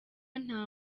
nta